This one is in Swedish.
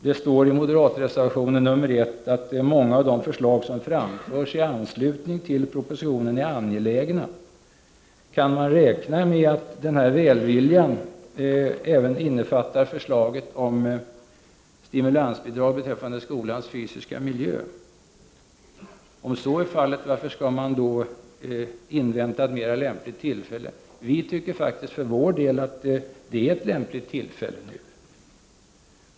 Det står i moderatreservationen nr 1, att många av de förslag som anförs i anslutning till propositionen är angelägna. Kan man räkna med att denna välvilja även omfattar förslaget om stimulansbidrag beträffande skolans fysiska miljö? Om så är fallet, varför skall man då invänta ett mera lämpligt tillfälle? Vi tycker faktiskt för vår del att det är ett lämpligt tillfälle nu.